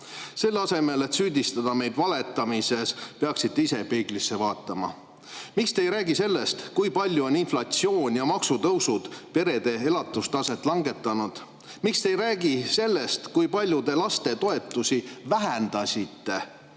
Selle asemel et süüdistada meid valetamises, peaksite ise peeglisse vaatama. Miks te ei räägi sellest, kui palju on inflatsioon ja maksutõusud perede elatustaset langetanud? Miks te ei räägi sellest, kui palju te laste toetusi vähendasite?